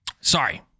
sorry